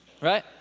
Right